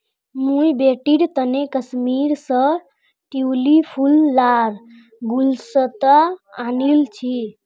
मुई बेटीर तने कश्मीर स ट्यूलि फूल लार गुलदस्ता आनील छि